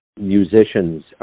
musicians